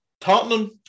Tottenham